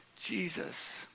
Jesus